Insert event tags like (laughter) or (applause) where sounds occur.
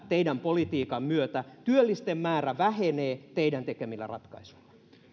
(unintelligible) teidän politiikkanne myötä työllisten määrä vähenee teidän tekemillänne ratkaisuilla